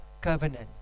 covenant